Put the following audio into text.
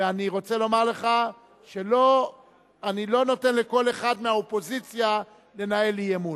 ואני רוצה לומר לך שאני לא נותן לכל אחד מהאופוזיציה לנהל אי-אמון.